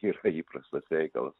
yra įprastas reikalas